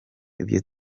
ibyo